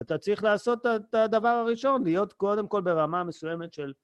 אתה צריך לעשות את הדבר הראשון, להיות קודם כל ברמה מסוימת של...